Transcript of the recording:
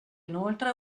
inoltre